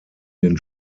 den